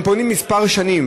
הם פונים כמה שנים,